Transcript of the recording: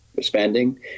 spending